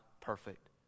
perfect